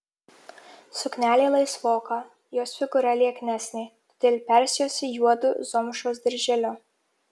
suknelė laisvoka jos figūra lieknesnė todėl persijuosė juodu zomšos dirželiu